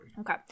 okay